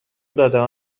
دادهها